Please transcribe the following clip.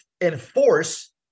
enforce